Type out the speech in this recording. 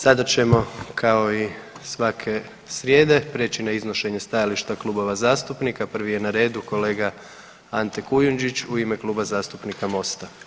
Sada ćemo kao i svake srijede prijeći na iznošenje stajališta klubova zastupnika, prvi je na redu kolega Ante Kujundžić u ime Kluba zastupnika Mosta.